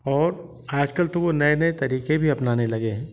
और आजकल तो वो नए नए तरीके भी अपनाने लगे हैं